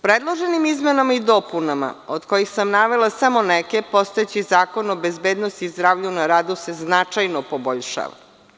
Predloženim izmenama i dopunama, od kojih sam navela samo neke, postojeći Zakon o bezbednosti i zdravlju na radu se značajno poboljšava.